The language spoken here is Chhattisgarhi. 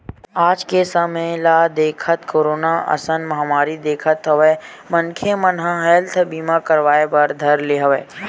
आज के समे ल देखत, कोरोना असन महामारी देखत होय मनखे मन ह हेल्थ बीमा करवाय बर धर ले हवय